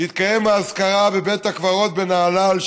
תתקיים האזכרה בבית הקברות בנהלל,